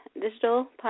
Digital